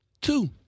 Two